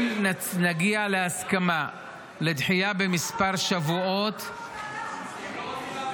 אם לא נגיע להסכמה לדחייה בכמה שבועות -- למה לא בוועדה?